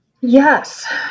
Yes